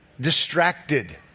distracted